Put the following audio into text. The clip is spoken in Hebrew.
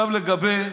עכשיו לגבי